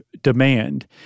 demand